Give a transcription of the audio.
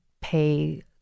pay